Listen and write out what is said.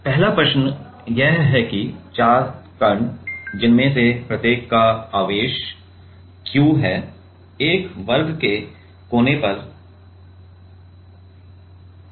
तो पहला प्रश्न यह है कि चार कण जिनमें से प्रत्येक का आवेश q है एक वर्ग के कोनो पर रखे गए हैं